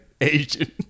Asian